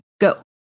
Go